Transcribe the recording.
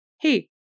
Hey